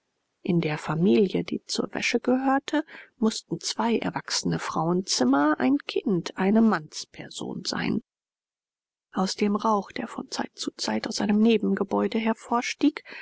in der familie die zur wäsche gehörte mußten zwei erwachsene frauenzimmer ein kind eine mannsperson sein aus dem rauch der von zeit zu zeit aus einem nebengebäude hervorstieg